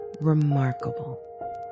remarkable